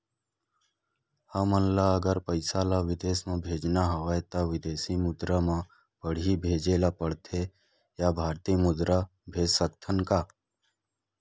हमन ला अगर पइसा ला विदेश म भेजना हवय त विदेशी मुद्रा म पड़ही भेजे ला पड़थे या भारतीय मुद्रा भेज सकथन का?